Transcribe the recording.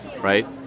right